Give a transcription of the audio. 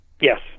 Yes